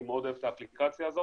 אני מאוד אוהב את השירות הזה,